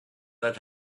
that